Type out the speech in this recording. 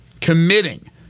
committing